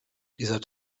dieser